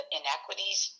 inequities